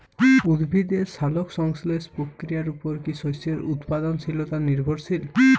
উদ্ভিদের সালোক সংশ্লেষ প্রক্রিয়ার উপর কী শস্যের উৎপাদনশীলতা নির্ভরশীল?